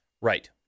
Right